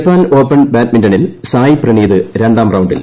Japan open ബാഡ്മിന്റണിൽ സായ് പ്രണീത് രണ്ടാം റൌണ്ടിൽ